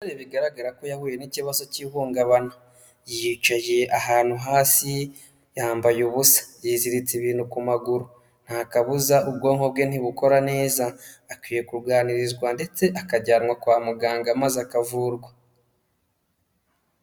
Bigaragara ko yahuye n'ikibazo cy'ihungabana. Yicaye ahantu hasi, yambaye ubusa, yiziritse ibintu ku maguru nta kabuza ubwonko bwe ntibukora neza. Akwiye kuganirizwa ndetse akajyanwa kwa muganga maze akavurwa.